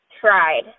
tried